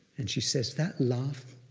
and she says, that laugh,